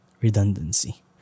redundancy